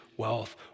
wealth